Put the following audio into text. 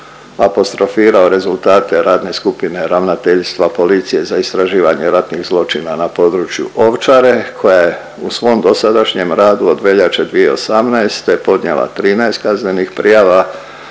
apostrofirao rezultate radne skupine Ravnateljstva policije za istraživanje ratnih zločina na području Ovčare koja je u svom dosadašnjem radu od veljače 2018. podnijela 13 kaznenih prijava